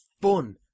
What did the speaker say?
fun